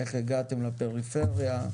איך הגעתם לפריפריה,